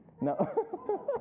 No